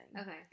Okay